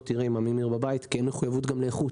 תראה עם הממיר בבית כי אין מחויבות לאיכות.